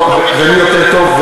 זה יותר טוב,